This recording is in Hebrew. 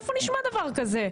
איפה נשמע דבר כזה.